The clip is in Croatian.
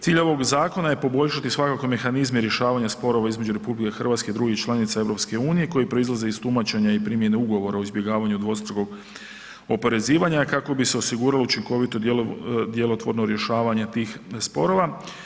Cilj ovoga zakon je poboljšati svakako mehanizme rješavanja sporova između RH i drugih članica EU-a koji proizlaze iz tumačenja i primjene ugovora o izbjegavanju dvostrukog oporezivanja kako bi se osiguralo učinkovito djelotvorno rješavanje tih sporova.